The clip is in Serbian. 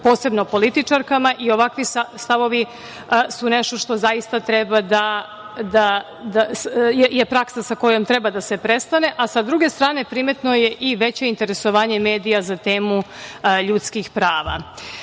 posebno o političarkama i ovakvi stavovi su nešto što je praksa sa kojom treba da se prestane, a sa druge strane, primetno je i veće interesovanje medija za temu ljudskih prava. Na